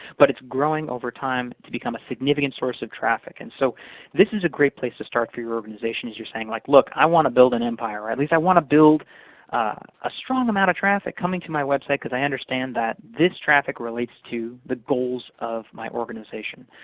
but it's growing over time to become a significant source of traffic. and so this is a great place to start for your organization as you're saying, like look. i want to build an empire. or at least i want to build a strong amount of traffic coming to my website because i understand that this traffic relates to the goals of my organization.